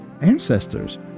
ancestors